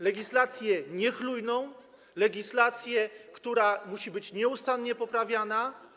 Legislację niechlujną, legislację, która musi być nieustannie poprawiana.